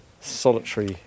solitary